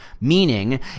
meaning